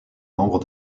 membres